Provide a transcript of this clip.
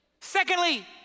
Secondly